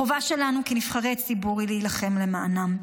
החובה שלנו כנבחרי ציבור היא להילחם למענם,